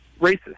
racist